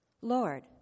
Lord